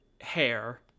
hair